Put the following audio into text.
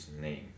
name